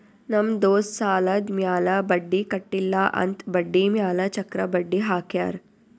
ನಮ್ ದೋಸ್ತ್ ಸಾಲಾದ್ ಮ್ಯಾಲ ಬಡ್ಡಿ ಕಟ್ಟಿಲ್ಲ ಅಂತ್ ಬಡ್ಡಿ ಮ್ಯಾಲ ಚಕ್ರ ಬಡ್ಡಿ ಹಾಕ್ಯಾರ್